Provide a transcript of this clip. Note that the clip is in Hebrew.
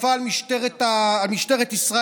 התקפה על משטרת ישראל?